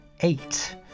eight